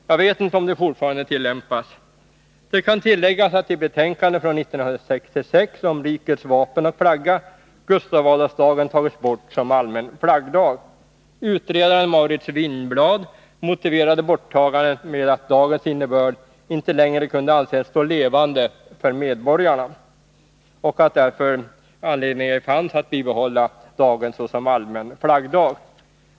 Jag vet inte om den ordningen fortfarande tillämpas. Det kan tilläggas att i betänkandet från 1966 om rikets vapen och flagga Gustav Adolfs-dagen tagits bort som allmän flaggdag. Utredaren Mauritz Winjbladh motiverade borttagandet med att dagens innebörd inte längre kunde anses stå levande för medborgarna och att därför anledning ej fanns att bibehålla dagen såsom allmän flaggdag.